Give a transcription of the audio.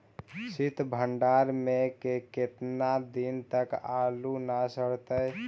सित भंडार में के केतना दिन तक आलू न सड़तै?